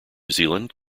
zealand